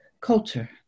culture